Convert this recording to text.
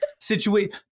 situation